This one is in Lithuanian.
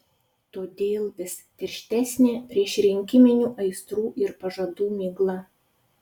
todėl vis tirštesnė priešrinkiminių aistrų ir pažadų migla